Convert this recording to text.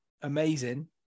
amazing